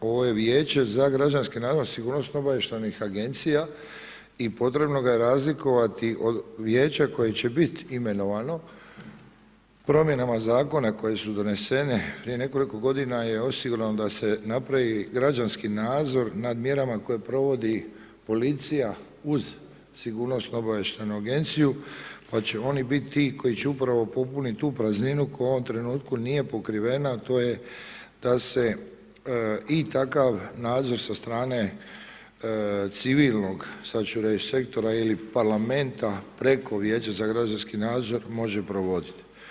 Ovo je Vijeće za građanski nadzor sigurnosno-obavještajnih agencija i potrebno ga je razlikovati od Vijeća koje će biti imenovano promjenama zakona koje su donesene prije nekoliko godina je osigurano da se napravi građanski nadzor nad mjerama koje provodi policija uz Sigurnosno-obavještajnu agenciju, pa će oni biti ti koji će upravo popuniti tu prazninu koja u ovom trenutku nije pokrivena, a to je da se i takav nadzor sa strane civilnog sada ću reći sektora ili parlamenta preko Vijeća za građanski nadzor može provoditi.